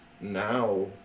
now